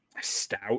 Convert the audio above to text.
stout